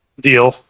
deal